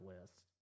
list